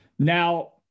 Now